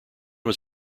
was